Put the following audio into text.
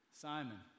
Simon